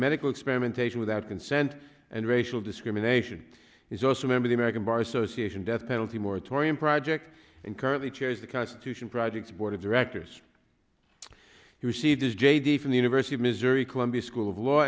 medical experimentation without consent and racial discrimination he's also a member the american bar association death penalty moratorium project and currently chairs the constitution project board of directors he received his j d from the university of missouri columbia school of law